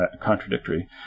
contradictory